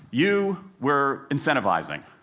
you we're incentivizing.